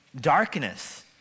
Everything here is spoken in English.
darkness